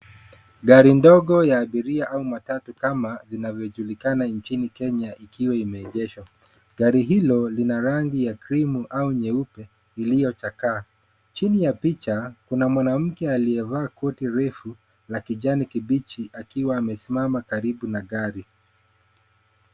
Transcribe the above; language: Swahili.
Gari ndogo ya abiria au matatu kama inavyo julikana nchini Kenya ikiwa imeegeshwa. Gari hilo lina rangi ya cream au nyeupe iliyo chakaa, chini ya picha kuna mwanamke aliyevaa koti refu la kijani kibichi akiwa amesimama karibu na gari.